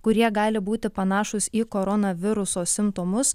kurie gali būti panašūs į koronaviruso simptomus